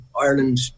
Ireland